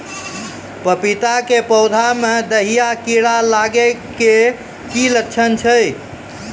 पपीता के पौधा मे दहिया कीड़ा लागे के की लक्छण छै?